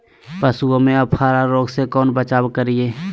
पशुओं में अफारा रोग से कैसे बचाव करिये?